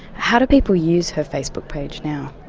how do people use her facebook page now?